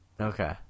Okay